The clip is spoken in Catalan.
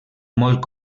molt